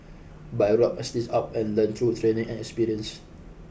but I roll up my sleeves up and learnt through training and experience